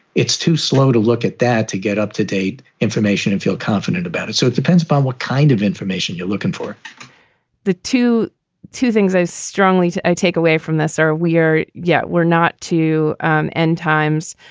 it's too slow to look at that to get up to date information and feel confident about it. so it depends upon what kind of information you're looking for the two two things i strongly to take away from this are we are yet we're not to and end times,